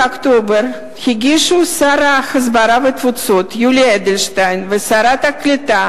באוקטובר הגישו שר ההסברה והתפוצות יולי אדלשטיין ושרת הקליטה